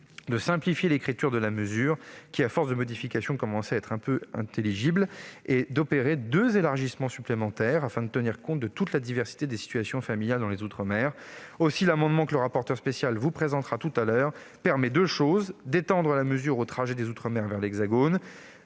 de simplifier l'écriture de la mesure, qui, à force de modifications, devenait peu intelligible, et d'opérer deux élargissements supplémentaires, afin de tenir compte de toute la diversité des situations familiales dans les outre-mer. Aussi, l'amendement que M. le rapporteur spécial vous présentera tout à l'heure permet, d'une part, d'étendre la mesure aux trajets des outre-mer vers l'hexagone,